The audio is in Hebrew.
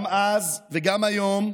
גם אז וגם היום,